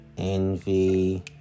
Envy